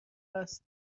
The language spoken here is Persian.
است